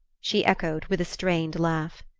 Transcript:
she echoed with a strained laugh.